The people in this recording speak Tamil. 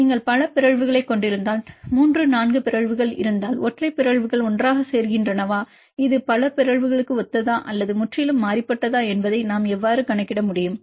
நீங்கள் பல பிறழ்வுகளைக் கொண்டிருந்தால் 3 4 பிறழ்வுகள் இருந்தால் ஒற்றை பிறழ்வுகள் ஒன்றாகச் சேர்கின்றனவா இது பல பிறழ்வுகளுக்கு ஒத்ததா அல்லது முற்றிலும் வேறுபட்டதா என்பதை நாம் எவ்வாறு கணக்கிட முடியும்